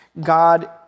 God